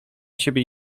siebie